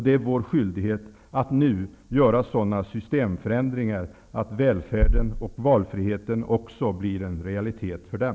Det är vår skyldighet att nu göra sådana systemförändringar att välfärden och valfriheten också blir en realitet för dem.